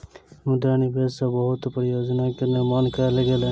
मुद्रा निवेश सॅ बहुत परियोजना के निर्माण कयल गेल